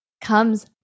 comes